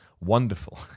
Wonderful